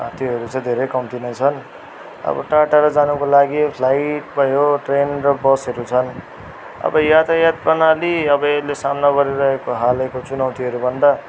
त्योहरू चाहिँ धेरै कम्ती नै छन् अब टाडटाडो जानुको लागि त फ्लाइट भयो ट्रेन र बसहरू छन् अब यातायात प्रणाली अब यसले सामना गर्नु परिरहेको हालैको चुनौतीहरूभन्दा